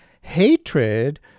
hatred